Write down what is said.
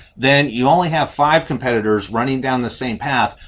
then you only have five competitors running down the same path.